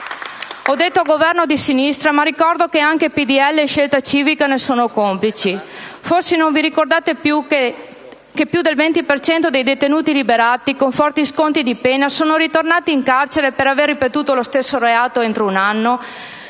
Ho detto Governo di sinistra, ma ricordo che anche PdL e Scelta civica ne sono complici. Non ricordate forse che più del 20 per cento dei detenuti liberati con forti sconti di pena è ritornato in carcere per aver ripetuto lo stesso reato entro un anno?